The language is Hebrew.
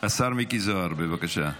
השר מיקי זוהר, בבקשה.